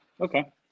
okay